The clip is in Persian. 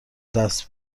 دست